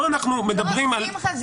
פה אנחנו מדברים על --- לא,